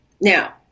Now